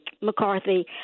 McCarthy